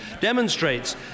demonstrates